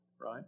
right